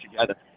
together